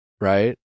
right